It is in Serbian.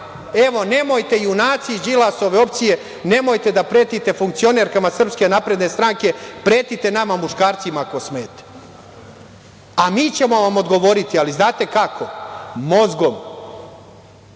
Evo, nemojte junaci Đilasove opcije, nemojte da pretite funkcionerkama SNS. Pretite nama muškarcima, ako smete. Mi ćemo vam odgovoriti, ali znate kako? Mozgom,